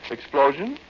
Explosion